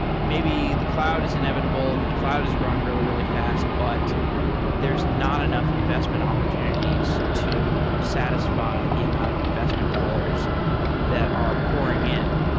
maybe the cloud is inevitable and the cloud is growing really, really fast, but there's not enough investment opportunities to satisfy the amount of investment that are pouring in.